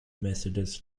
methodist